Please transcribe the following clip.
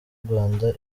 rwanda